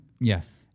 Yes